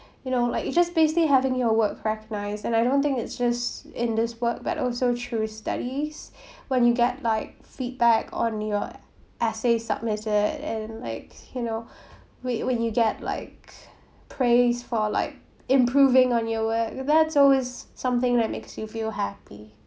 you know like you just basically having your work recognised and I don't think it's just in this work but also through studies when you get like feedback on your essay submitted and like you know when when you get like praise for like improving on your work that's always something that makes you feel happy